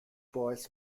boys